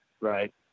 right